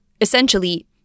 Essentially